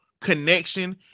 connection